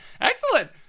Excellent